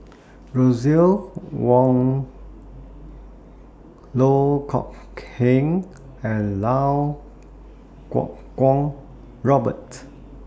Russel Wong Loh Kok Heng and Iau Kuo Kwong Robert